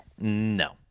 No